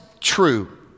true